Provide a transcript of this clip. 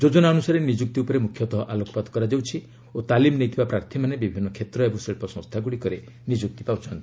ଯୋଜନା ଅନୁସାରେ ନିଯୁକ୍ତି ଉପରେ ମୁଖ୍ୟତଃ ଆଲୋକପାତ କରାଯାଉଛି ଓ ତାଲିମ ନେଇଥିବା ପ୍ରାର୍ଥୀମାନେ ବିଭିନ୍ନ କ୍ଷେତ୍ର ଏବଂ ଶିଳ୍ପସଂସ୍ଥାଗ୍ରଡ଼ିକରେ ନିଯୁକ୍ତି ପାଉଛନ୍ତି